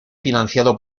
financiado